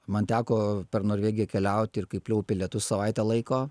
man teko per norvegiją keliauti ir kai pliaupė lietus savaitę laiko